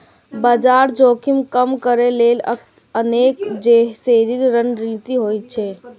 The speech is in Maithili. बाजार जोखिम कम करै लेल अनेक हेजिंग रणनीति होइ छै